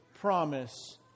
promise